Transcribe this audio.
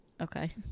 Okay